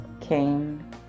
came